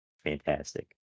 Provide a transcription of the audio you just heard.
Fantastic